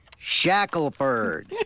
Shackleford